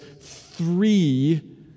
three